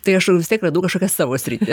tai aš vis tiek radau kažkokią savo sritį